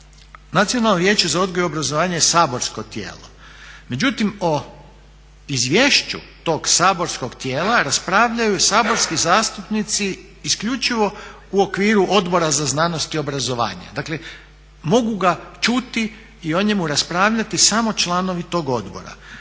Nacionalno vijeće za odgoj i obrazovanje je saborsko tijelo, međutim o izvješću tog saborskog tijela raspravljaju saborski zastupnici isključivo u okviru Odbora za znanost i obrazovanje. Dakle, mogu ga čuti i o njemu raspravljati samo članovi tog odbora.